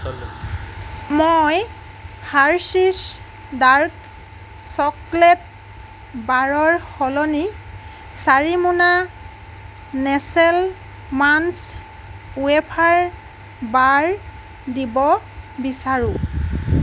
মই Hershey's dark chocolate বাৰৰ সলনি চাৰি মোনা নেচেল মাঞ্চ ৱেফাৰ বাৰ দিব বিচাৰোঁ